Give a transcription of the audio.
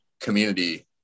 community